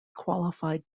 qualified